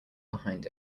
behind